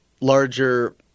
larger